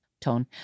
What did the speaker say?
tone